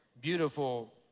beautiful